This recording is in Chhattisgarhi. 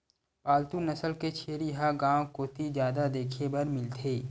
पालतू नसल के छेरी ह गांव कोती जादा देखे बर मिलथे